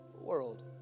world